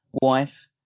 wife